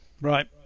Right